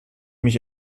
mich